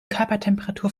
körpertemperatur